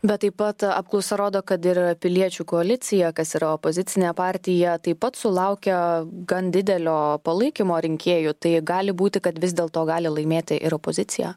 bet taip pat apklausa rodo kad ir piliečių koalicija kas yra opozicinė partija taip pat sulaukia gan didelio palaikymo rinkėjų tai gali būti kad vis dėl to gali laimėti ir opozicija